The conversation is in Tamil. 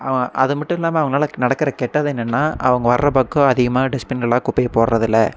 அது மட்டும் இல்லாமல் அவங்கனால நடக்குற கெட்டது என்னன்னா அவங்க வர்ற பக்கம் அதிகமாக டெஸ்ப்பின்லலாம் குப்பையை போடுறது இல்லை